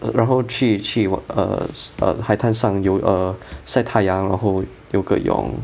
err 然后去去 what err s~ err 海滩上游 err 晒太阳然后游个泳